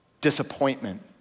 disappointment